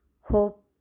hope